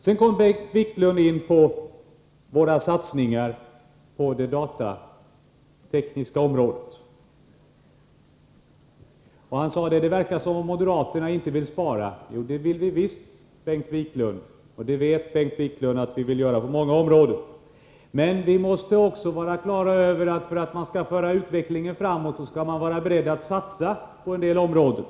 Sedan kom Bengt Wiklund in på våra satsningar på det datatekniska Nr 154 området och sade: Det verkar som om moderaterna inte vill spara. Jo, det vill Torsdagen den vi visst, Bengt Wiklund, och det vet Bengt Wiklund att vi vill göra på många = 24 maj 1984 områden. Men vi måste också vara på det klara med att för att föra utvecklingen framåt måste man vara beredd att satsa på en del områden.